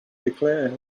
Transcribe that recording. declared